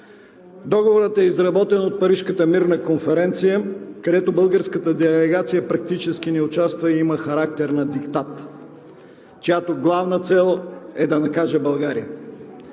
Договорът е изработен от Парижката мирна конференция, където българската делегация практически не участва и има характер на диктат, чиято главна цел е да накаже България.